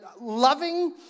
loving